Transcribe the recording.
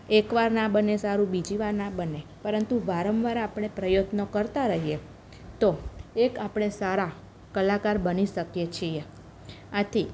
એકવાર ના બને સારું બીજીવાર ના બને પરંતુ વારંવાર આપણે પ્રયત્નો કરતા રહીએ તો એક આપણે સારા કલાકાર બની શકીએ છીએ આથી